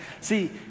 See